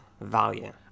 value